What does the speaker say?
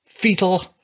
Fetal